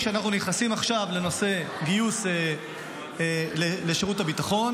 כשאנחנו נכנסים עכשיו לנושא גיוס לשירות הביטחון,